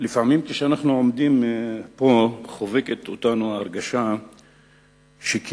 לפעמים כשאנחנו עומדים פה חובקת אותנו ההרגשה כאילו